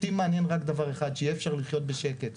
אותי מעניין רק דבר אחד, שיהיה אפשר לחיות בשקט.